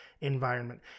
environment